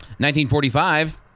1945